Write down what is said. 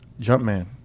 Jumpman